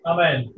Amen